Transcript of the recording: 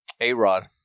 A-Rod